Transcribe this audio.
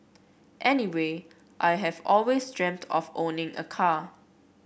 anyway I have always dreamt of owning a car